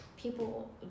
People